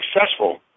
successful